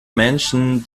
menschen